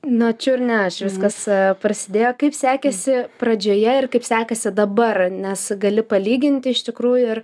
nuo čiur ne aš viskas prasidėjo kaip sekėsi pradžioje ir kaip sekasi dabar nes gali palygint iš tikrųjų ir